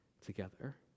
together